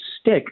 stick